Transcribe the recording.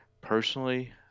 personally